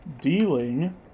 dealing